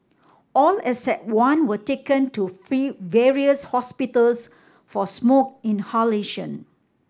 all except one were taken to various hospitals for smoke inhalation